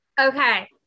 Okay